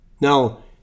Now